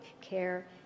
care